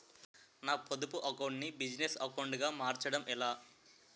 నా పొదుపు అకౌంట్ నీ బిజినెస్ అకౌంట్ గా మార్చడం ఎలా?